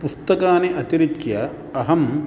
पुस्तकानि अतिरिच्य अहं